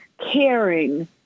caring